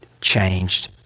changed